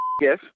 Yes